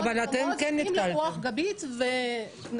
בהרבה מאוד מקומות אנחנו מקבלים רוח גבית ונכונות.